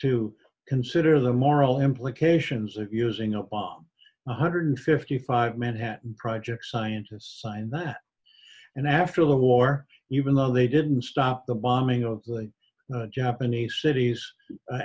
to consider the moral implications of using a bomb one hundred fifty five manhattan project scientists sign that and after the war even though they didn't stop the bombing of the japanese cities